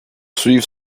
suivre